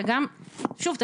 שוב,